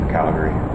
Calgary